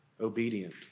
obedient